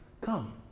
come